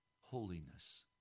holiness